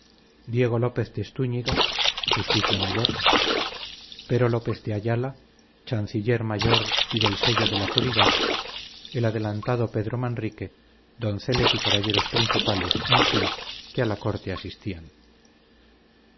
diego lópez de stúñiga justicia mayor pero lópez de ayala chanciller mayor y del sello de la puridad el adelantado pedro manrique donceles y caballeros principales en fin que a la corte asistían